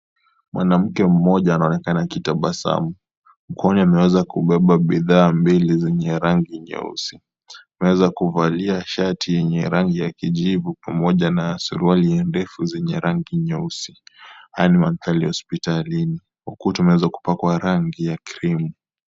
Mwanamke mmoja anaonekana akitabasamu. Kwani ameweza kubeba bidhaa mbili zenye rangi nyeusi. Anaweza kuvalia shati yenye rangi ya kijivu, pamoja na suruali ndefu zenye rangi nyeusi. Haya ni mandhari ya hospitalini. Ukuta umeweza kupakwa rangi ya krimu.